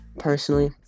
Personally